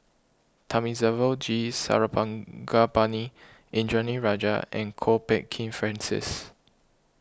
Thamizhavel G Sarangapani Indranee Rajah and Kwok Peng Kin Francis